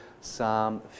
Psalm